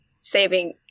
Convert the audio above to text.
saving